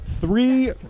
three